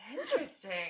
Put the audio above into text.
Interesting